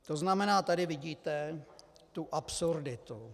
To znamená, tady vidíte tu absurditu.